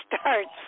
starts